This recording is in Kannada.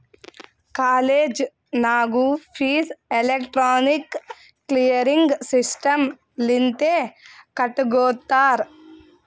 ಕಾಲೇಜ್ ನಾಗೂ ಫೀಸ್ ಎಲೆಕ್ಟ್ರಾನಿಕ್ ಕ್ಲಿಯರಿಂಗ್ ಸಿಸ್ಟಮ್ ಲಿಂತೆ ಕಟ್ಗೊತ್ತಾರ್